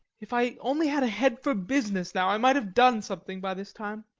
if i only had a head for business, now, i might have done something by this time.